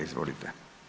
Izvolite.